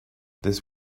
this